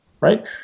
right